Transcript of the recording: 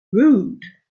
rude